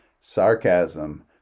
sarcasm